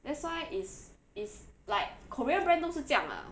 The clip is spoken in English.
that's why is is like korea brand 都是这样 lah